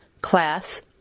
class